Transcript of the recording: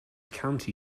county